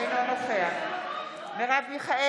אינו נוכח מרב מיכאלי,